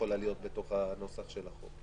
יכולים להיות בנוסח החוק.